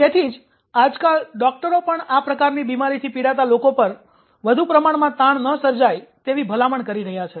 તેથી જ આજકાલ ડોકટરો પણ આ પ્રકારની બીમારીથી પીડાતા લોકો પર વધુ પ્રમાણમાં તાણ ન સર્જાય તેવી ભલામણ કરી રહ્યા છે